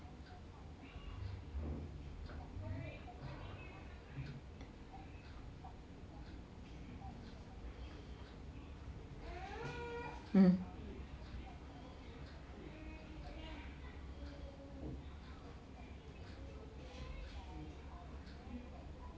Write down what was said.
mm